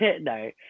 No